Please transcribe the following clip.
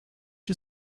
you